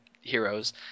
heroes